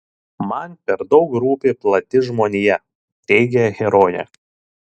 man per daug rūpi plati žmonija teigia herojė